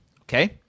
Okay